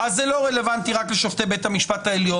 אז זה לא רלוונטי רק לשופטי בית המשפט העליון.